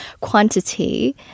quantity